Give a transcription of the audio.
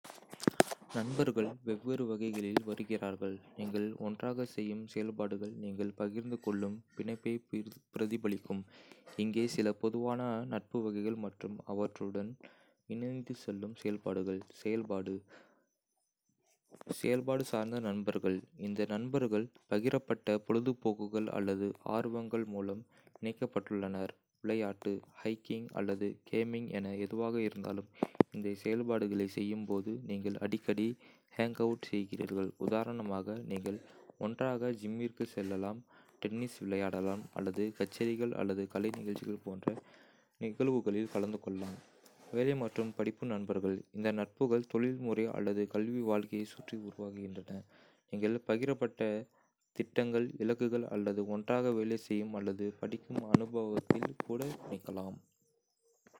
நண்பர்கள் வெவ்வேறு வகைகளில் வருகிறார்கள், நீங்கள் ஒன்றாகச் செய்யும் செயல்பாடுகள் நீங்கள் பகிர்ந்து கொள்ளும் பிணைப்பைப் பிரதிபலிக்கும். இங்கே சில பொதுவான நட்பு வகைகள் மற்றும் அவற்றுடன் இணைந்து செல்லும் செயல்பாடுகள். செயல்பாடு சார்ந்த நண்பர்கள்: இந்த நண்பர்கள் பகிரப்பட்ட பொழுதுபோக்குகள் அல்லது ஆர்வங்கள் மூலம் இணைக்கப்பட்டுள்ளனர். விளையாட்டு, ஹைகிங் அல்லது கேமிங் என எதுவாக இருந்தாலும், இந்தச் செயல்பாடுகளைச் செய்யும்போது நீங்கள் அடிக்கடி ஹேங்அவுட் செய்கிறீர்கள். உதாரணமாக, நீங்கள் ஒன்றாக ஜிம்மிற்குச் செல்லலாம், டென்னிஸ் விளையாடலாம் அல்லது கச்சேரிகள் அல்லது கலை நிகழ்ச்சிகள் போன்ற நிகழ்வுகளில் கலந்து கொள்ளலாம். வேலை/படிப்பு நண்பர்கள்: இந்த நட்புகள் தொழில்முறை அல்லது கல்வி வாழ்க்கையைச் சுற்றி உருவாகின்றன. நீங்கள் பகிரப்பட்ட திட்டங்கள், இலக்குகள் அல்லது ஒன்றாக வேலை செய்யும் அல்லது படிக்கும் அனுபவத்தில் கூட பிணைக்கலாம்.